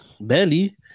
Barely